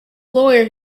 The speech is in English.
lawyer